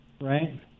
Right